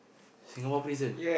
Singapore prison